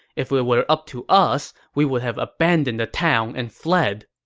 if it were up to us, we would have abandoned the town and fled.